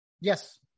Yes